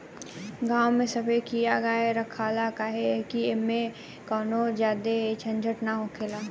गांव में सभे किहा गाय रखाला काहे कि ऐमें कवनो ज्यादे झंझट ना हखेला